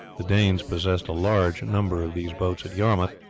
the danes possessed a large number of these boats at yarmouth,